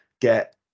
get